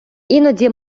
іноді